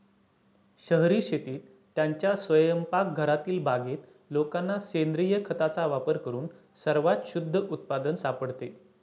शहरी शेतीत, त्यांच्या स्वयंपाकघरातील बागेत लोकांना सेंद्रिय खताचा वापर करून सर्वात शुद्ध उत्पादन सापडते